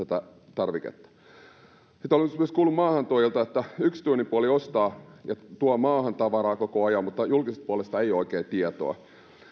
sitten olen myös kuullut maahantuojilta että yksityinen puoli ostaa ja tuo maahan tavaraa koko ajan mutta julkisesta puolesta ei ole oikein tietoa